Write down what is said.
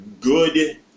good